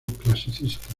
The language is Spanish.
clasicista